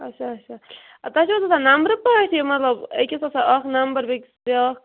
اچھا اچھا تۄہہِ چھُو حظ آسان نَمبرٕ پٲٹھۍ یہِ مطلب أکِس آسان اَکھ نَمبر بیٚکِس بیٛاکھ